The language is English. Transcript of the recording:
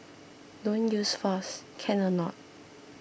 don't use force can or not